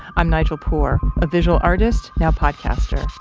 i'm nigel poor, a visual artist, now podcaster.